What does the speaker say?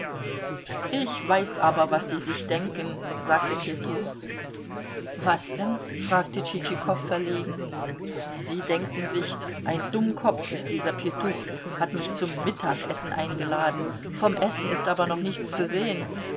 ich weiß aber was sie sich denken sagte pjetuch was denn fragte tschitschikow verlegen sie denken sich ein dummkopf ist dieser pjetuch hat mich zum mittagessen eingeladen vom essen ist aber noch nichts zu sehen